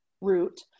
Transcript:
root